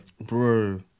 bro